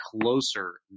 closer